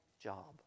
job